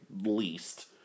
least